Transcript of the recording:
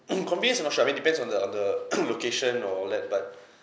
convenience I'm not sure I mean depends on the on the location all that but